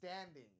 standing